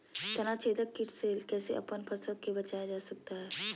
तनाछेदक किट से कैसे अपन फसल के बचाया जा सकता हैं?